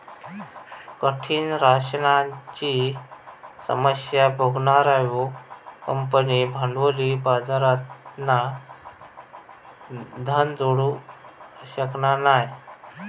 कठीण राशनाची समस्या भोगणार्यो कंपन्यो भांडवली बाजारातना धन जोडू शकना नाय